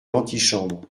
l’antichambre